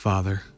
Father